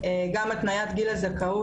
גם התניית גיל הזכאות,